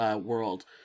world